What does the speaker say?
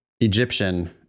Egyptian